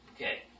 Okay